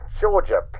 Georgia